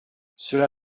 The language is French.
cela